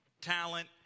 talent